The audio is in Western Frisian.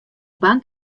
bank